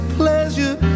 pleasure